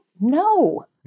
No